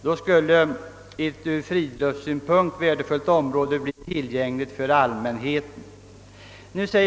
Då skulle ett från frilufts synpunkt värdefullt område bli tillgängligt för allmänheten.